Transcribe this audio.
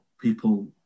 people